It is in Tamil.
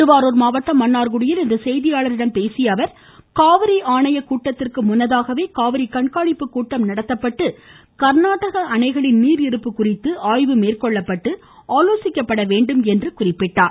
திருவாரூர் மாவட்டம் மன்னார்குடியில் இன்று செய்தியாளர்களிடம் பேசிய அவர் காவிரி ஆணையக்கூட்டத்திற்கு முன்பாகவே காவிரி கண்காணிப்பு கூட்டம் நடத்தப்பட்டு கா்நாடக அணைகளின் நீாஇருப்பு குறித்து ஆய்வு மேற்கொள்ளப்பட்டு ஆலோசிக்கப்பட வேண்டும் என்று எடுத்துரைத்தார்